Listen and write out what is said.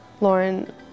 Lauren